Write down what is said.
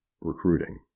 recruiting